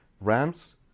rams